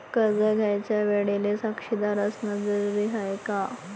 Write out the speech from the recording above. कर्ज घ्यायच्या वेळेले साक्षीदार असनं जरुरीच हाय का?